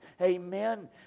Amen